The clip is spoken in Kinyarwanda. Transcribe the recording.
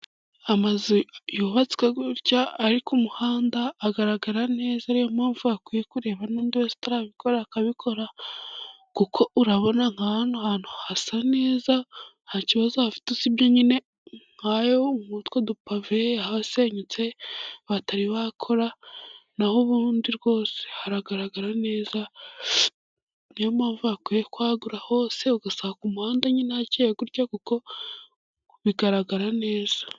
Amazu yubatswe gutya ari ku umuhanda agaragara neza ari yo mpamvu bakwiye kureba n'undi wese utarabikora akabikora kuko urabona nka hano hantu hasa neza nta kibazo hafite usibye nyine nk'utwo dupave hasenyutse batari bakora naho ubundi rwose haragaragara neza niyo mpamvu bakwiye kwagura hose ugasanga umuhanda nyine hakeye gutyo kuko bigaragara neza.